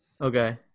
Okay